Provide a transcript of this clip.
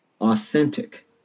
authentic